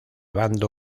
bando